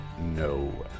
No